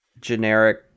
Generic